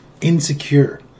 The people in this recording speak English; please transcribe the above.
Insecure